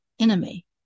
enemy